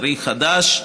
צריך כסף חדש.